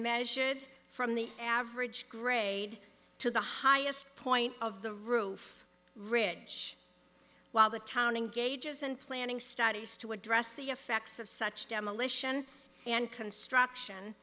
measured from the average grade to the highest point of the roof ridge while the town in gauges and planning studies to address the effects of such demolition and construction